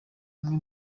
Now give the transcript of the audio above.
umwe